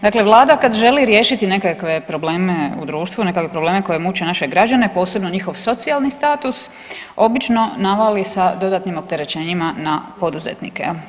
Dakle, vlada kad želi riješiti nekakve probleme u društvu, nekakve probleme koje muče naše građane, posebno njihov socijalni status, obično navali sa dodatnim opterećenjima na poduzetnika.